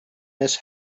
miss